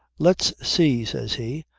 let's see, says he,